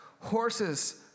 horses